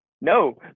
No